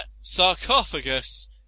Sarcophagus